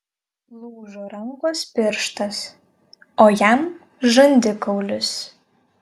lūžo rankos pirštas o jam žandikaulis